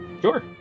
Sure